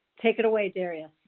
take it away darius.